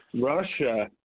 Russia